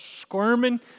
squirming